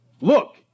Look